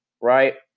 right